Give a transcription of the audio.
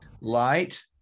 light